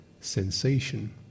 sensation